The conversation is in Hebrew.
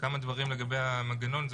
כמה דברים לגבי המנגנון.